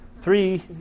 Three